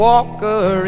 Walker